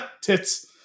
tits